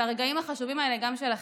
והרגעים החשובים האלה גם שלכם.